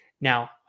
Now